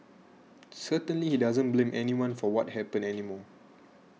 certainly he doesn't blame anyone for what happened anymore